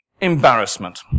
embarrassment